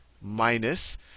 minus